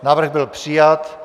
Návrh byl přijat.